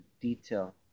detail